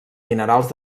minerals